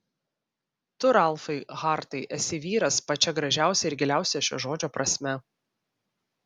tu ralfai hartai esi vyras pačia gražiausia ir giliausia šio žodžio prasme